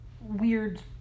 weird